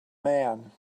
man